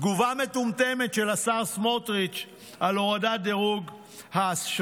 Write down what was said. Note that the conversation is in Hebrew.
תגובה מטומטמת של השר סמוטריץ' על הורדת דירוג האשראי,